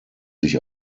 sich